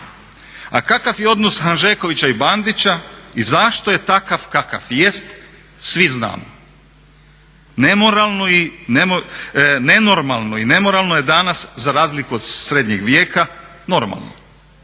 A kakav je odnos Hanžekovića i Bandića i zašto je takav kakav jest svi znamo. Nenormalno i nemoralno je danas za razliku od srednjeg vijeka normalno.